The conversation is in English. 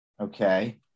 Okay